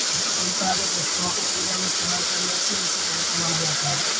चंपा के पुष्पों को पूजा में इस्तेमाल करने से इसे पवित्र माना जाता